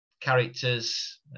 characters